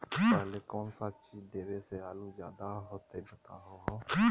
पहले कौन सा चीज देबे से आलू ज्यादा होती बताऊं?